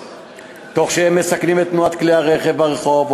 תוך שהם מסכנים את תנועת כלי הרכב ברחוב,